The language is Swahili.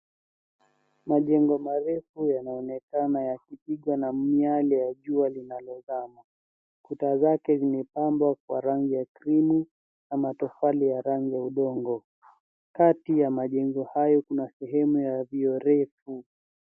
Majengo marefu yanaonekana yakipigwa na miyale ya jua linalozama. Kuta zake zimepambwa kwa rangi ya krimu na matofali ya rangi ya udongo. Kati ya majengo hayo kuna sehemu ya vioo refu.